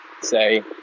Say